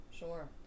Sure